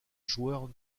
joueur